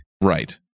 Right